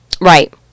Right